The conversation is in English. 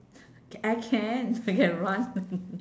c~ I can I can run